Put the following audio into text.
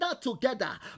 together